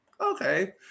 okay